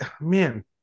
man